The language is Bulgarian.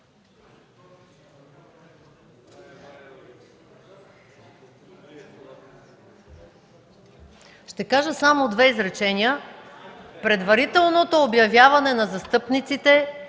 Ще кажа само две изречения. Предварителното обявяване на застъпниците